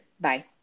Bye